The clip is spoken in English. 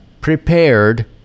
prepared